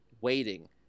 waiting